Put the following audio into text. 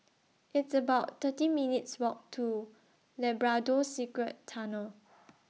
It's about thirteen minutes' Walk to Labrador Secret Tunnels